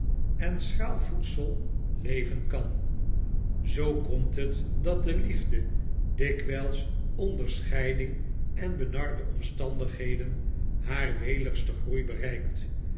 en schraal voedsel leven kan zoo komt het dat de liefde dikwijls onder scheiding en benarde omstandigheden haar weligsten groei bereikt